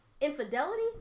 infidelity